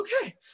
okay